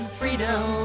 freedom